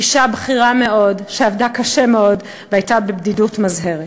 אישה בכירה מאוד שעבדה קשה מאוד והייתה בבדידות מזהרת.